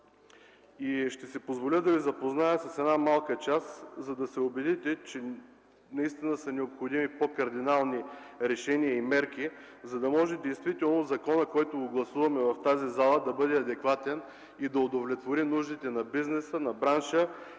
Ще си позволя да ви запозная с една малка част от тях, за да се убедите, че наистина са необходими по-кардинални решения и мерки, за да може действително законът, който гласуваме в тази зала, да бъде адекватен, да удовлетвори нуждите на бизнеса, на бранша, и естествено